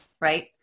right